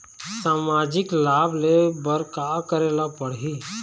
सामाजिक लाभ ले बर का करे ला पड़ही?